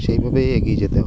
সেইভাবে এগিয়ে যেতে হবে